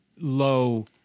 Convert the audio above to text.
low